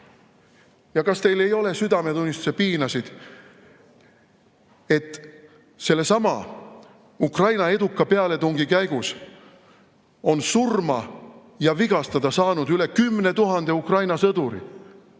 Ja kas teil ei ole südametunnistuse piinasid, et sellesama Ukraina eduka pealetungi käigus on surma või vigastada saanud üle 10 000 Ukraina sõduri.